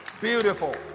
beautiful